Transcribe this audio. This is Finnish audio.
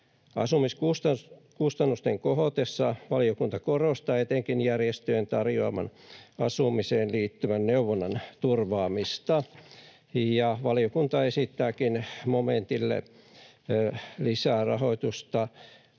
Asumiskustannusten kohotessa valiokunta korostaa etenkin järjestöjen tarjoaman asumiseen liittyvän neuvonnan turvaamista. Valiokunta esittääkin momentille lisärahoitusta